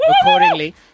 accordingly